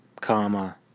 comma